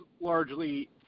largely